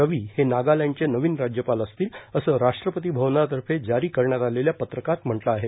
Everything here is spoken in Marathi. रवी हे नागालँडचे नवीन राज्यपाल असतील असं रा ट्रपती भवनातर्फे जारी करण्यात आलेल्या पत्रकात म्हटलं आहे